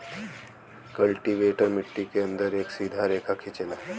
cultivator मट्टी के अंदर एक सीधा रेखा खिंचेला